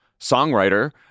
songwriter